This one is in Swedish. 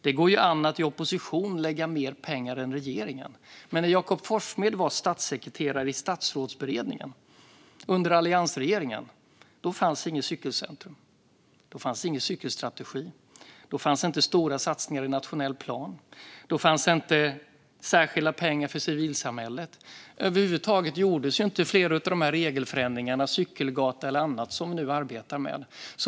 Det går ju an att i opposition lägga mer pengar än regeringen, men när Jakob Forssmed var statssekreterare i Statsrådsberedningen under alliansregeringen fanns det inget cykelcentrum. Då fanns det heller inte någon cykelstrategi, några stora satsningar i nationell plan eller några särskilda pengar för civilsamhället. Över huvud taget gjordes inte flera av dessa regelförändringar, till exempel gällande cykelgata, som vi nu arbetar med.